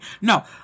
No